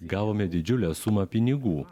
gavome didžiulę sumą pinigų